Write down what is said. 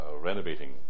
renovating